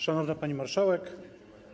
Szanowna Pani Marszałek!